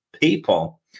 people